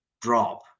drop